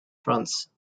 france